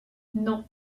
non